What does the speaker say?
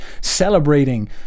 celebrating